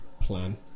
plan